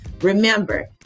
Remember